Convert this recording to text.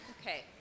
Okay